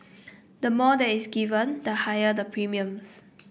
the more that is given the higher the premiums